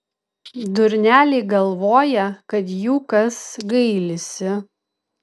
durneliai galvoja kad jų kas gailisi